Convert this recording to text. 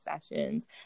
sessions